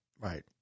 Right